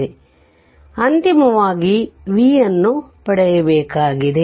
ಆದ್ದರಿಂದ ಅಂತಿಮವಾಗಿ V ಅನ್ನು ಪಡೆಯಬೇಕಾಗಿದೆ